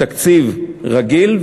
תקציב רגיל,